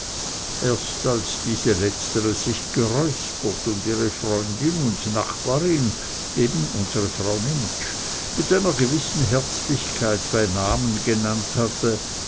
erst als diese letztre sich geräuspert und ihre freundin und nachbarin eben unsre frau nimptsch mit einer gewissen herzlichkeit bei namen genannt hatte